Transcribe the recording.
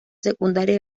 secundaria